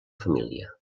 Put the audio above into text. família